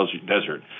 desert